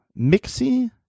Mixie